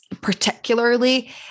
particularly